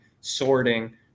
sorting